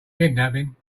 kidnapping